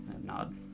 Nod